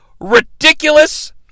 ridiculous